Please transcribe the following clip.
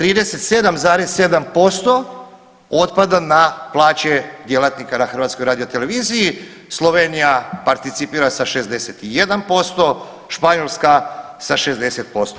37,7% otpada na plaće djelatnika na HRT-u, Slovenija participira za 61%, Španjolska sa 60%